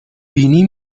بینی